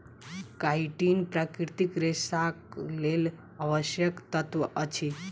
chitin प्राकृतिक रेशाक लेल आवश्यक तत्व अछि